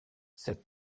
cette